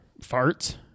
Farts